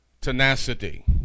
tenacity